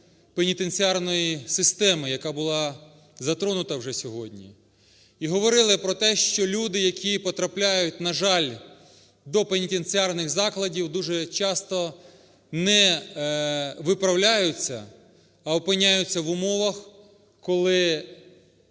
пенітенціарної системи, яка булазатронута вже сьогодні. І говорили про те, що люди, які потрапляють, на жаль, до пенітенціарних закладів, дуже часто не виправляються, а опиняються в умовах, коли